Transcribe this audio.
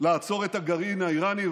לעצור את הגרעין האיראני,